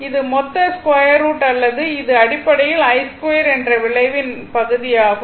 இது மொத்தம் square root அல்லது இது அடிப்படையில் I2 என்ற வளைவின் பகுதி ஆகும்